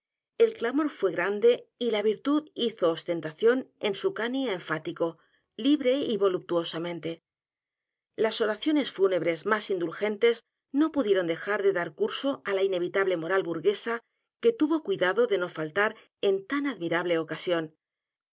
n d e y la virtud hizo ostentación de su cant i enfático libre y voluptuosamente las oraciones fúnebres más indulgentes no pudieron dejar de dar curso á la inevitable moral b u r g u e s a que tuvo cuidado de no faltar en tan admirable ocasión